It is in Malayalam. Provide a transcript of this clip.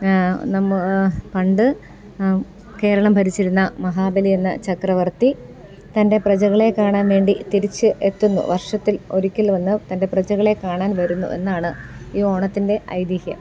നമ്മൾ പണ്ട് കേരളം ഭരിച്ചിരുന്ന മഹാബലി എന്ന ചക്രവർത്തി തൻ്റെ പ്രജകളെ കാണാൻ വേണ്ടി തിരിച്ചു എത്തുന്നു വർഷത്തിൽ ഒരിക്കൽ വന്നു തൻ്റെ പ്രജകളെ കാണാൻ വരുന്നു എന്നാണ് ഈ ഓണത്തിൻ്റെ ഐതിഹ്യം